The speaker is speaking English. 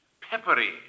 peppery